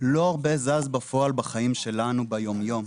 לא הרבה זז בפועל בחיים שלנו ביום יום.